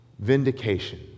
Vindication